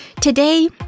Today